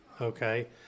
okay